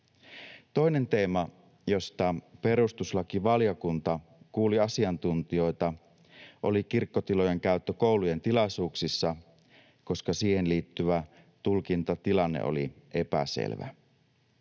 Toinen teema, josta perustuslakivaliokunta kuuli asiantuntijoita, oli kirkkotilojen käyttö koulujen tilaisuuksissa, koska siihen liittyvä tulkintatilanne oli epäselvä.